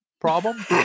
problem